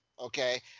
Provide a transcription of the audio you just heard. Okay